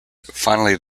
finally